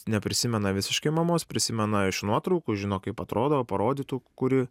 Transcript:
neprisimena visiškai mamos prisimena iš nuotraukų žino kaip atrodo parodytų kuri